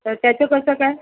तर त्याचं कसं काय